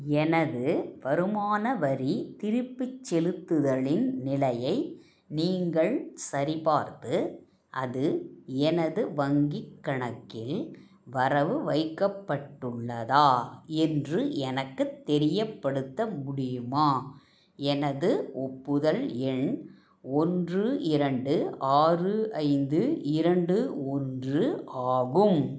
எனது வருமான வரி திருப்பிச் செலுத்துதலின் நிலையை நீங்கள் சரிபார்த்து அது எனது வங்கிக் கணக்கில் வரவு வைக்கப்பட்டுள்ளதா என்று எனக்குத் தெரியப்படுத்த முடியுமா எனது ஒப்புதல் எண் ஒன்று இரண்டு ஆறு ஐந்து இரண்டு ஒன்று ஆகும்